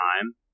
time